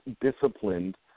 disciplined